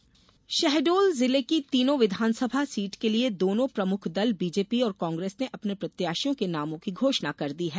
चुनाव प्रत्याशी शहडोल जिले की तीनो विघानसभा सीट के लिये दोनो प्रमुख दल बीजेपी और कांग्रेस ने अपने प्रत्याशियों के नामों की घोषणा कर दी है